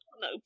no